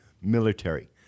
military